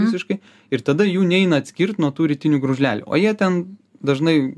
visiškai ir tada jų neina atskirt nuo tų rytinių gružlelių o jie ten dažnai